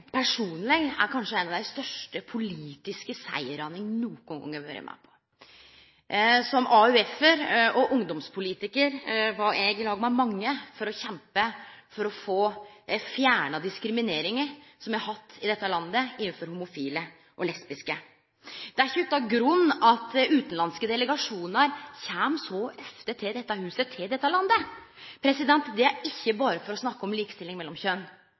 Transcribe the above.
kanskje er ein av dei største politiske sigrane eg nokon gong har vore med på. Som AUF-ar og ungdomspolitikar var eg i lag med mange for å kjempe for å fjerne diskrimineringa me har hatt av homofile og lesbiske i dette landet. Det er ikkje utan grunn at utanlandske delegasjonar kjem så ofte til dette huset og til dette landet. Det er ikkje berre for å snakke om likestilling mellom